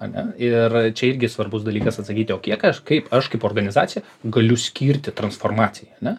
ane ir čia irgi svarbus dalykas atsakyti o kiek aš kaip aš kaip organizacija galiu skirti transformacijai ane